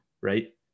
right